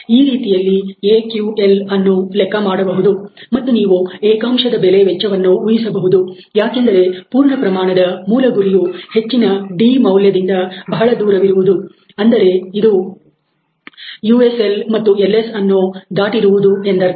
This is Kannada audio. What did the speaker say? ಈ ರೀತಿಯಾಗಿ 'AQL' ಅನ್ನು ಲೆಕ್ಕ ಮಾಡಬಹುದು ಮತ್ತು ನೀವು ಏಕಾಂಶದ ಬೆಲೆ ವೆಚ್ಚವನ್ನು ಊಹಿಸಬಹುದು ಯಾಕೆಂದರೆ ಪೂರ್ಣಪ್ರಮಾಣದ ಮೂಲ ಗುರಿಯು ಹೆಚ್ಚಿನ d ಮೌಲ್ಯದಿಂದ ಬಹಳ ದೂರವಿರುವುದು ಅಂದರೆ ಇದು USL ಮತ್ತು LSL ಅನ್ನು ದಾಟಿರುವುದು ಎಂದರ್ಥ